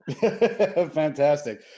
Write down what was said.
Fantastic